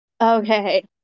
okay